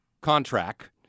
contract